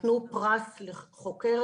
נתנו פרס לחוקרת,